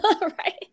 right